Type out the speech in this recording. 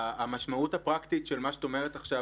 המשמעות הפרקטית של מה שאת אומרת עכשיו